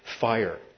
fire